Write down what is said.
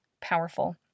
powerful